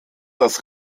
das